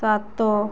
ସାତ